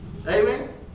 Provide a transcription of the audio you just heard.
Amen